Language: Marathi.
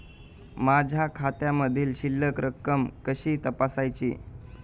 माझ्या खात्यामधील शिल्लक रक्कम कशी तपासायची?